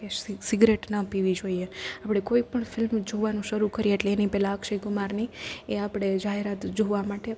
કે સીગરેટ ન પીવી જોઈએ આપણે કોઈપણ ફિલ્મ જોવાનું શરૂ કરીએ એટલે એની પેલા અક્ષયકુમારની એ આપણે જાહેરાત જોવા માટે